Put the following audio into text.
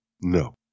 No